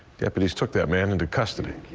deputies took that man into custody.